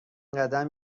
قدم